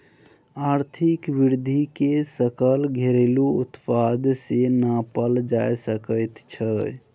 आर्थिक वृद्धिकेँ सकल घरेलू उत्पाद सँ नापल जा सकैत छै